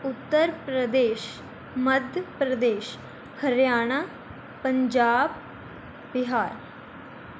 Uttar Pradesh Madhya Pradesh Haryana Punjab Bihar